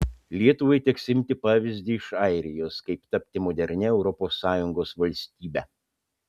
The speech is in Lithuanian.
lietuvai teks imti pavyzdį iš airijos kaip tapti modernia europos sąjungos valstybe